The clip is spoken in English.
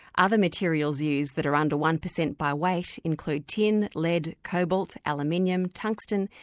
other materials used that are under one percent by weight include tin, lead, cobalt, aluminium, tungsten,